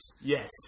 Yes